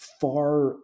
far